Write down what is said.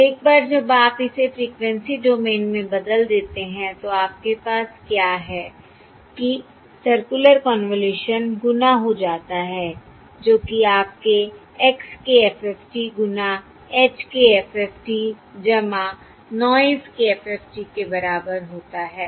और एक बार जब आप इसे फ़्रीक्वेंसी डोमेन में बदल देते हैं तो आपके पास क्या है कि सर्कुलर कन्वॉल्यूशन गुना हो जाता है जो कि आपके x के FFT गुना h के FFT नॉयस के FFT के बराबर होता है